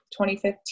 2015